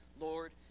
Lord